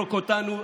לזרוק אותנו.